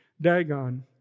Dagon